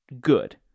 good